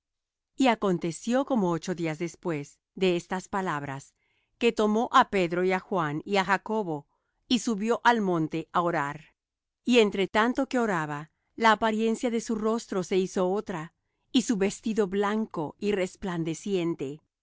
y aconteció como ocho días después de estas palabras que tomó á pedro y á juan y á jacobo y subió al monte á orar y entre tanto que oraba la apariencia de su rostro se hizo otra y su vestido blanco y resplandeciente